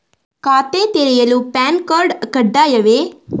ಖಾತೆ ತೆರೆಯಲು PAN card ಕಡ್ಡಾಯವೇ?